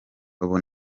ubu